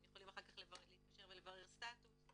והם יכולים להתקשר אחר כך ולברר סטטוס.